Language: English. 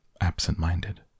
absent-minded